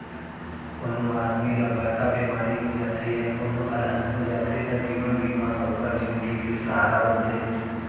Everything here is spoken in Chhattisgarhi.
कोनों आदमी ल बड़का बेमारी हो जाथे या कोनों अलहन हो जाथे त जीवन बीमा ह ओकर जिनगी के सहारा बनथे